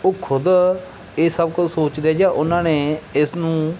ਉਹ ਖੁਦ ਇਹ ਸਭ ਕੁਝ ਸੋਚਦੇ ਹੈ ਜਾਂ ਉਹਨਾਂ ਨੇ ਇਸ ਨੂੰ